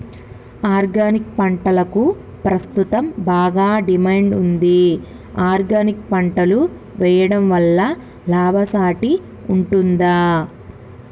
Organic పంటలకు ప్రస్తుతం బాగా డిమాండ్ ఉంది ఆర్గానిక్ పంటలు వేయడం వల్ల లాభసాటి ఉంటుందా?